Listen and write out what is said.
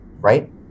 Right